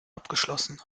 abgeschlossen